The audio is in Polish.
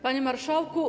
Panie Marszałku!